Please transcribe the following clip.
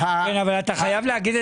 אני יכול לומר- -- אבל חייב לומר את